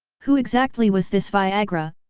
who exactly was this viagra,